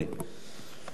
אדוני היושב-ראש,